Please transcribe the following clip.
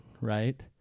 right